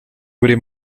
buri